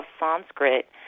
Sanskrit